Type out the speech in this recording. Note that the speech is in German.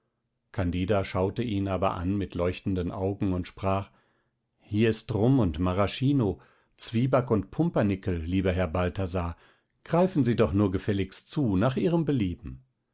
candida schaute ihn aber an mit leuchtenden augen und sprach hier ist rum und maraschino zwieback und pumpernickel lieber herr balthasar greifen sie doch nur gefälligst zu nach ihrem belieben